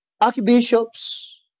archbishops